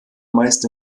meist